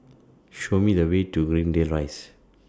Show Me The Way to Greendale Rise